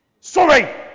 Sorry